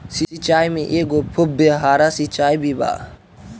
सिचाई में एगो फुव्हारा सिचाई भी बा